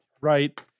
right